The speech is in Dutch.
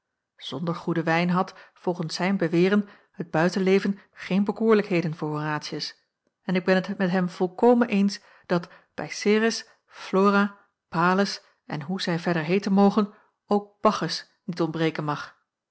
zonder goeden wijn had volgens zijn beweren het buitenleven geen bekoorlijkheden voor horatius en ik ben t met hem volkomen eens dat bij ceres flora pales en hoe zij verder heeten mogen ook bacchus niet ontbreken mag